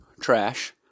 Trash